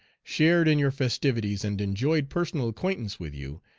shared in your festivities, and enjoyed personal acquaintance with you,